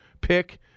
pick